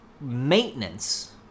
maintenance